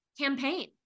campaign